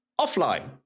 offline